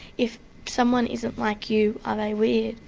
if someone isn't like you, are they weird?